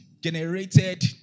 generated